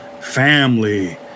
family